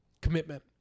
Commitment